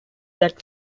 that